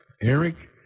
Eric